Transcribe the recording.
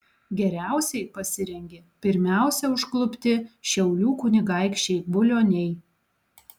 geriausiai pasirengė pirmiausia užklupti šiaulių kunigaikščiai bulioniai